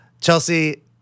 Chelsea